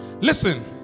Listen